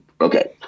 Okay